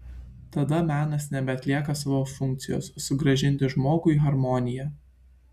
tada menas nebeatlieka savo funkcijos sugrąžinti žmogui harmoniją